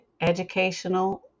educational